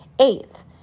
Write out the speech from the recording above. Eighth